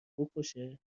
بکشه